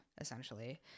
essentially